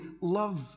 love